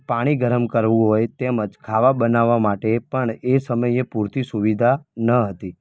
પાણી ગરમ કરવું હોય તેમ જ ખાવા બનાવવા માટે પણ એ સમયે પૂરતી સુવિધા ન હતી